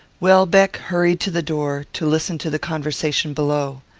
welbeck hurried to the door, to listen to the conversation below.